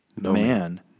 man